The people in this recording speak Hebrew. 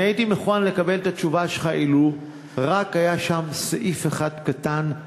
אני הייתי נכון לקבל את התשובה שלך אילו רק היה שם סעיף אחד קטנצ'יק,